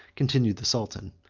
continued the sultan,